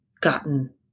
gotten